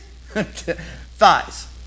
Thighs